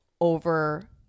over